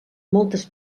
moltes